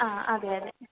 ആ അതെ അതെ